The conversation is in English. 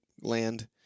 land